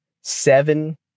seven